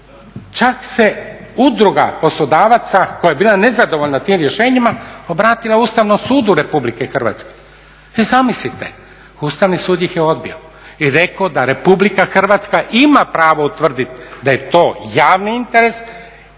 Čak se Udruga poslodavaca koja je bila nezadovoljna tim rješenjima obratila Ustavnom sudu RH. I zamislite Ustavni sud ih je odbio i rekao da RH ima pravo utvrditi da je to javni interes,